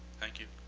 thank you.